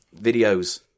Videos